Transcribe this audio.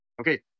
Okay